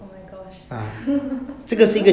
oh my gosh